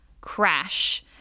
crash